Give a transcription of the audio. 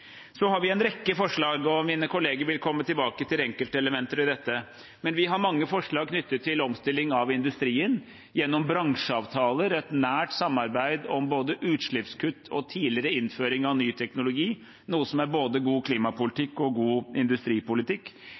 har en rekke forslag, og mine kolleger vil komme tilbake til enkeltelementer i dette. Vi har mange forslag knyttet til omstilling av industrien gjennom bransjeavtaler og et nært samarbeid om både utslippskutt og tidligere innføring av ny teknologi, noe som er både god klimapolitikk og god industripolitikk.